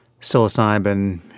psilocybin